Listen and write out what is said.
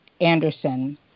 Anderson